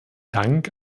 dank